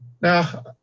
Now